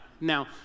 now